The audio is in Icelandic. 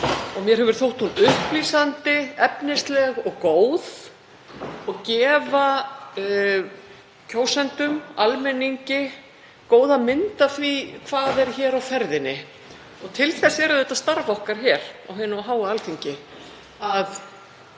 og mér hefur þótt hún upplýsandi, efnisleg og góð og gefa kjósendum, almenningi, góða mynd af því hvað er hér á ferðinni. Til þess er auðvitað starf okkar hér á hinu háa Alþingi,